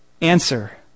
Answer